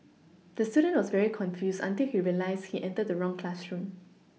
the student was very confused until he realised he entered the wrong classroom